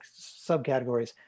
subcategories